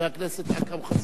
חבר הכנסת אכרם חסון.